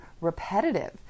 repetitive